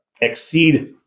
exceed